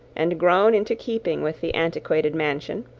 and grown into keeping with the antiquated mansion,